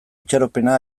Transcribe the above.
itxaropena